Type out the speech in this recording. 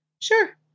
Sure